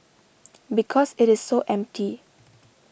because it is so empty